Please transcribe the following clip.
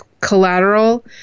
collateral